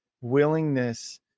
willingness